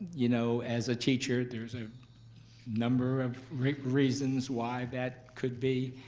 you know, as a teacher, there's a number of reasons why that could be.